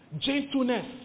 gentleness